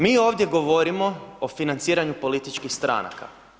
Mi ovdje govorimo o financiranju političkih stranaka.